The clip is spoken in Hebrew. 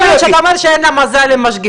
יכול להיות שאתה אומר שאין לה מזל עם משגיחים.